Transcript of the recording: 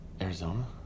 Arizona